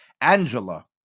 Angela